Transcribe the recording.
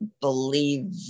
believe